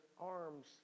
arms